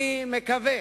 אני מקווה